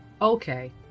Okay